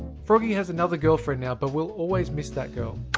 froggy has another girlfriend now, but will always miss that girl.